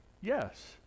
yes